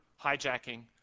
hijacking